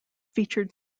featured